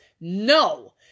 No